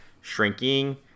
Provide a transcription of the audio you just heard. shrinking